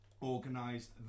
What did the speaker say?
organise